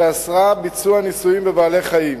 שאסרה ביצוע ניסויים בבעלי-חיים